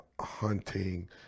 hunting